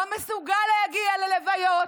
לא מסוגל להגיע ללוויות,